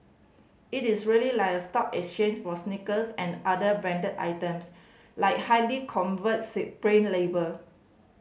it is really like a stock exchange for sneakers and other branded items like highly coveted Supreme label